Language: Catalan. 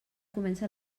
comença